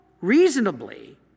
reasonably